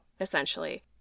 Essentially